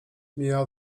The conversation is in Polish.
miał